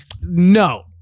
no